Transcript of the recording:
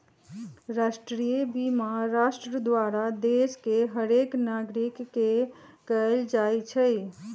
राष्ट्रीय बीमा राष्ट्र द्वारा देश के हरेक नागरिक के कएल जाइ छइ